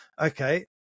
Okay